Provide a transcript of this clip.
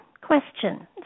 question